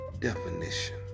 definition